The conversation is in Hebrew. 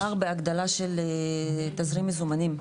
עדין מדובר בהגדלה של תזרים מזומנים.